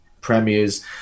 premieres